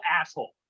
asshole